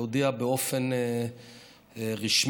להודיע באופן רשמי,